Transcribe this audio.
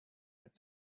had